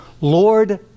Lord